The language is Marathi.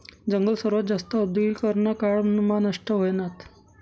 जंगल सर्वात जास्त औद्योगीकरना काळ मा नष्ट व्हयनात